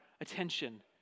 attention